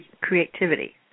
creativity